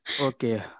Okay